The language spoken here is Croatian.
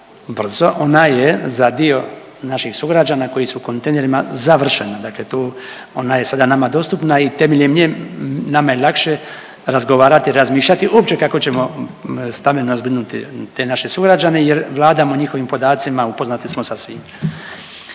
Ona je za dio naših sugrađana koji su u kontejnerima završena, dakle tu ona je sada nama dostupna i temeljem nje nama je lakše razgovarati, razmišljati uopće kako ćemo stambeno zbrinuti te naše sugrađane jer vladamo njihovim podacima upoznati smo sa svim.